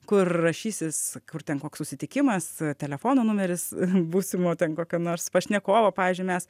kur rašysis kur ten koks susitikimas telefono numeris būsimo ten kokio nors pašnekovo pavyzdžiui mes